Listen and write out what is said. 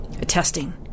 testing